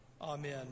Amen